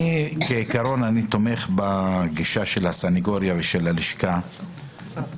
כעיקרון אני תומך בגישה של הסניגוריה ולשכת עורכי הדין.